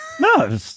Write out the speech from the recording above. No